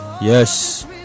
yes